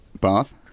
Bath